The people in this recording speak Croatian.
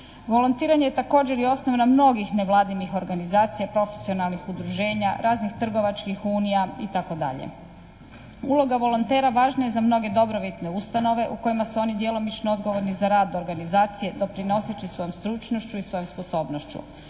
Volontiranje je također i osnova mnogih nevladinih organizacija, profesionalnih udruženja, raznih trgovačkih unija itd. Uloga volontera važna je za mnoge dobrobitne ustanove u kojima su oni djelomično odgovorni za rad organizacije doprinoseći svojom stručnošću i svojom sposobnošću.